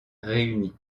réuni